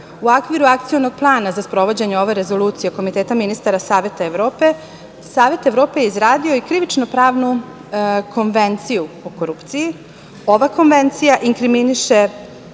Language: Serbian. okviru Akcionog plana za sprovođenje ove Rezolucije Komiteta ministara Saveta Evrope, Savet Evrope je izradio i krivično-pravnu konvenciju o korupciji. Ova konvencija inkriminiše